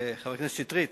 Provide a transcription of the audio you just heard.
חבר הכנסת שטרית,